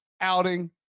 outing